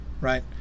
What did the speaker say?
right